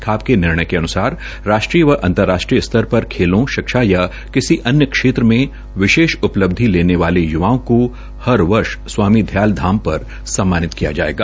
खाप के निर्णय के अनुसार राष्ट्रीय व अंतर्राष्ट्रीय स्तर पर खेलों शिक्षा या किसी अन्य क्षेत्र में विशेष उपलब्धि लेने वाले युवाओं को हर वर्ष स्वामी ध्याल धाम पर सम्मानित किया जाएगा